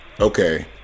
Okay